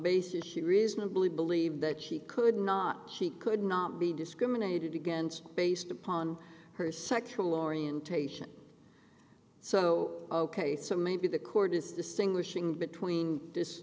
basis she reasonably believed that she could not she could not be discriminated against based upon her sexual orientation so ok so maybe the court is distinguishing between this